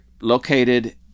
located